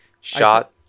shot